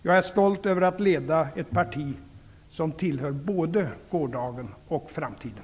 Jag är stolt över att leda ett parti som tillhör både gårdagen och framtiden.